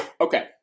Okay